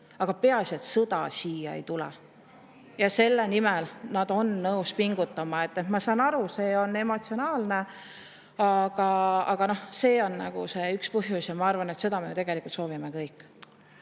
aga peaasi, et sõda siia ei tule. (Hääl saalist.) Selle nimel ollakse nõus pingutama. Ma saan aru, et see on emotsionaalne, aga see on üks põhjus. Ma arvan, et seda me tegelikult soovime kõik.